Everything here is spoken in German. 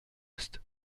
ist